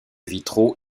vitraux